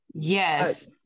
yes